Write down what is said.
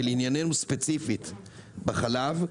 ולענייננו ספציפית בחלב,